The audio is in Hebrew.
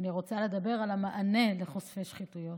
ואני רוצה לדבר על המענה לחושפי שחיתויות.